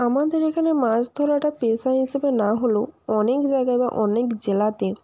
আমাদের এখানে মাছধরাটা পেশা হিসাবে না হলেও অনেক জায়গায় বা অনেক জেলাতে